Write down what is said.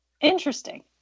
Interesting